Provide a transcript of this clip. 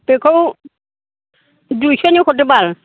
बेखौ दुइस'नि हरदो बाल